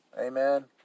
Amen